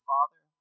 Father